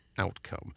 outcome